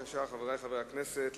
חברי חברי הכנסת,